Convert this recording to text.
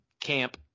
camp